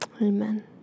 Amen